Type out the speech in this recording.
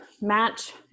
match